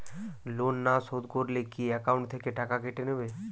Loan না শোধ করলে কি একাউন্ট থেকে টাকা কেটে নেবে?